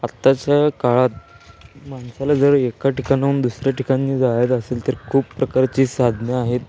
आत्ताच्या काळात माणसाला जर एका ठिकाणाहून दुसऱ्या ठिकाणी जायचं असेल तर खूप प्रकारची साधने आहेत